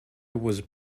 was